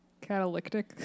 Catalytic